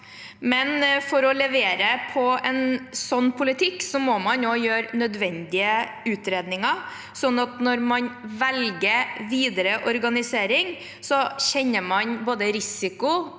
men for å levere på en sånn politikk må man også gjøre nødvendige utredninger, sånn at når man velger videre organisering, kjenner man både risiko